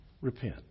repent